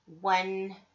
one